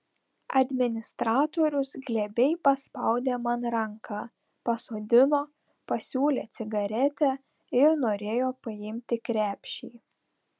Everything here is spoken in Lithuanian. administratorius glebiai paspaudė man ranką pasodino pasiūlė cigaretę ir norėjo paimti krepšį